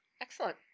excellent